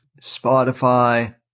Spotify